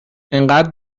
انقدر